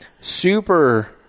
Super